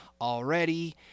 already